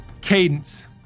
Cadence